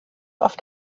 oft